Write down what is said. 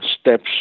steps